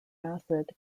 acid